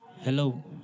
Hello